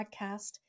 Podcast